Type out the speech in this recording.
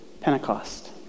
Pentecost